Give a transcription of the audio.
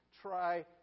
try